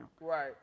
Right